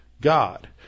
God